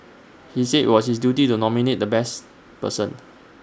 he said IT was his duty to nominate the best person